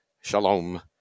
shalom